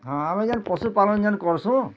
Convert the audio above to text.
ହଁ ଆମର୍ ଯେନ୍ ପଶୁପାଲନ୍ ଯେନ୍ କରସୁଁ